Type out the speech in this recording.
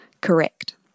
correct